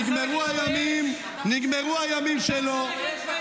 נגמרו הימים --- אתה פושע, אתה צריך להתבייש.